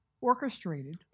orchestrated